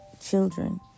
children